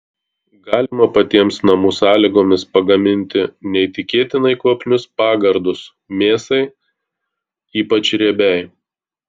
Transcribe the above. galima patiems namų sąlygomis pagaminti neįtikėtinai kvapnius pagardus mėsai ypač riebiai